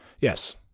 Yes